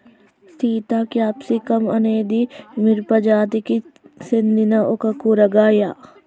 Sita capsicum అనేది మిరపజాతికి సెందిన ఒక కూరగాయ